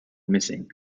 missing